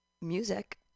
music